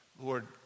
Lord